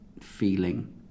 feeling